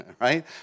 right